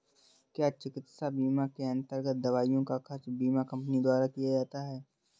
क्या चिकित्सा बीमा के अन्तर्गत दवाइयों का खर्च बीमा कंपनियों द्वारा दिया जाता है?